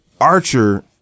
Archer